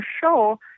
show